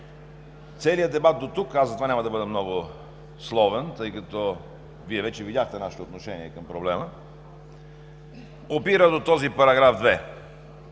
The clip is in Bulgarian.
Целият дебат дотук, аз затова няма да бъда многословен, тъй като Вие вече видяхте нашето отношение към проблема, опира до този § 2.